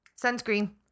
Sunscreen